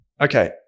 Okay